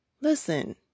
listen